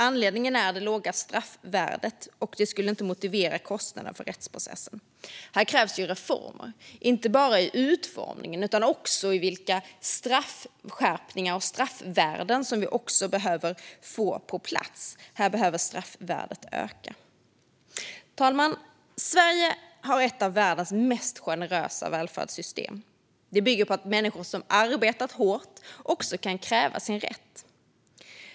Anledningen är det låga straffvärdet, vilket inte skulle motivera kostnaden för rättsprocessen. Här krävs reformer, inte bara när det gäller utformningen utan även när det gäller vilka straffskärpningar och straffvärden vi behöver få på plats. Här behöver straffvärdet öka. Fru talman! Sverige har ett av världens mest generösa välfärdssystem. Det bygger på att människor som har arbetat hårt också kan kräva sin rätt.